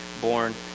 born